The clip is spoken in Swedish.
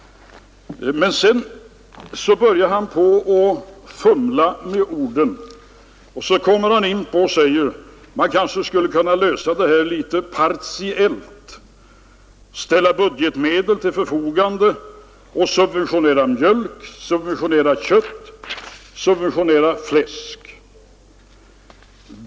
Men sedan börjar han fumla med orden och säger att man kanske skulle kunna lösa detta litet ”partiellt”, ställa budgetmedel till förfogande, subventionera mjölk, subventionera kött, subventionera fläsk.